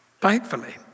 thankfully